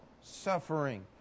suffering